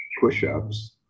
push-ups